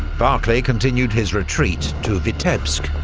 barclay continued his retreat to vitebsk,